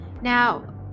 Now